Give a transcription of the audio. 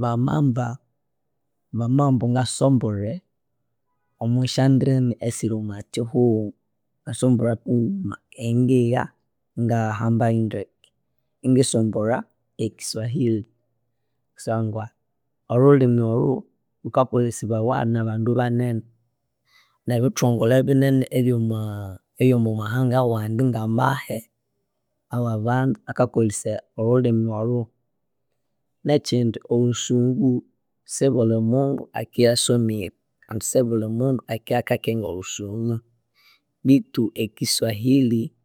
Bamamba bamabughambu ngasombole omwasyandimi esiri omwakyihughu ngasombole kunguma eyangigha ngahambeyu ndeke, ingisombolha e kiswahili kusangwa olhulhimi olhu lhukakolesibawa nabandu banene nebithongole binene ebyomwa obyomwamahanga awandi ngamahe awabandu akakolhesaya olhulhimi olho. Nekyindi olhusungu sibulimundu akiyasomire sibulimundu akiyakakenga olhusungu bitu ekiswahili